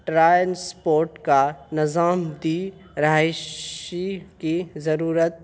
trial spot کا نظام دی رہائشی کی ضرورت